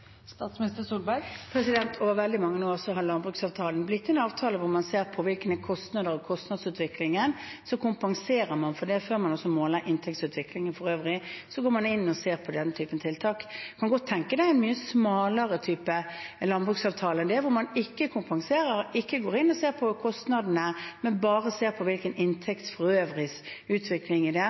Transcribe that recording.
Over veldig mange år har landbruksavtalen blitt en avtale hvor man ser på kostnader og kostnadsutviklingen. Så kompenserer man for det før man måler inntektsutviklingen for øvrig. Så går man inn og ser på den typen tiltak. Man kan godt tenke seg en mye smalere type landbruksavtale hvor man ikke kompenserer, ikke går inn og ser på kostnadene, men bare ser på inntektsutviklingen for øvrig, men da hadde det